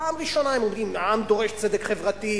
פעם ראשונה הם אומרים: "העם דורש צדק חברתי",